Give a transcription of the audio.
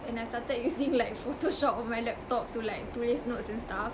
and I started using like photoshop of my laptop to like tulis notes and stuff